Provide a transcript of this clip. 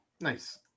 Nice